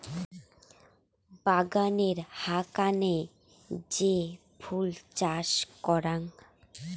বাগানের হাকানে যে ফুল চাষ করাং